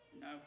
No